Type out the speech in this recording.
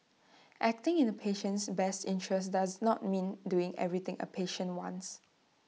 acting in A patient's best interests does not mean doing everything A patient wants